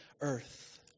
earth